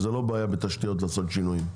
זאת לא בעיה לעשות שינויים בתשתיות.